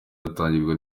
atangirwa